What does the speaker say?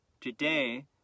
Today